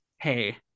Hey